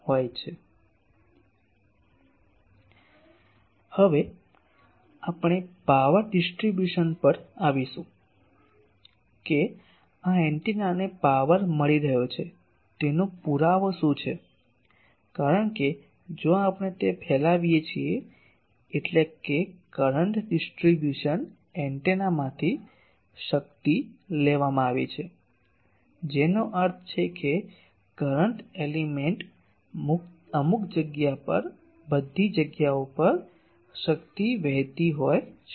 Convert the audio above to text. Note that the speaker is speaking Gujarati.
હવે આપણે પાવર ડિસ્ટ્રિબ્યુશન પર આવીશું કે આ એન્ટેનાને પાવર મળી રહ્યો છે તેનો પુરાવો શું છે કારણ કે જો આપણે તે ફેલાવીએ છીએ એટલે કરંટ ડિસ્ટ્રિબ્યુશન એન્ટેનામાંથી શક્તિ લેવામાં આવી છે જેનો અર્થ છે કે કરંટ એલિમેન્ટ અમુક જગ્યા પર બધી જગ્યાઓ પર શક્તિ વહેતી હોય છે